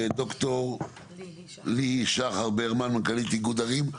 ד"ר ליהי שחר ברמן מנכ"לית איגוד ערים,